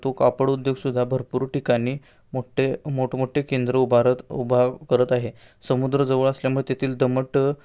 तो कापड उद्योगसुद्धा भरपूर ठिकाणी मोठ्ठे मोठमोठे केंद्र उभारत उभा करत आहे समुद्र जवळ असल्यामुळे तेथील दमट